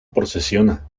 procesiona